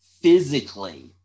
physically